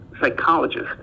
psychologist